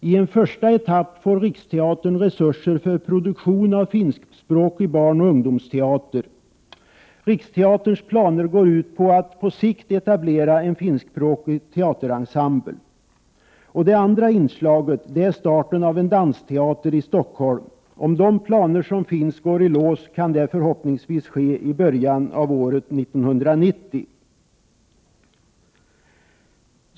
I en första etapp får Riksteatern resurser för produktion av finskspråkig barnoch ungdomsteater. Riksteaterns planer går ut på att på sikt etablera en finskspråkig teaterensemble. Det andra inslaget är tillkomsten av en dansteater i Stockholm. Om de planer som finns går i lås, kan starten förhoppningsvis ske i början av år 1990.